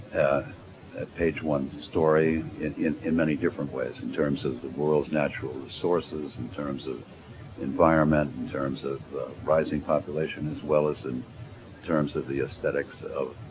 a page one story in in many different ways, in terms of the world's natural resources, in terms of environment, in terms of rising population as well as in terms of the aesthetics of,